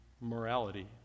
morality